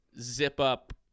zip-up